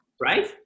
right